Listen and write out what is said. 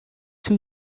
two